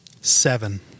Seven